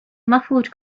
muffled